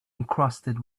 encrusted